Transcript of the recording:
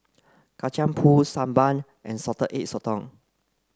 Kacang Pool Sambal and Salted Egg Sotong